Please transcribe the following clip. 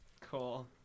Cool